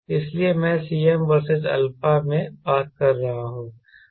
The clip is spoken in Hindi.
इसलिए मैं Cm वर्सेस α में बात कर रहा हूं